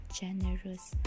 generous